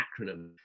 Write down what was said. acronym